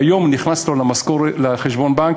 היום נכנסו לו לחשבון הבנק